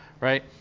right